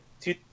two